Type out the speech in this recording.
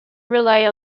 rely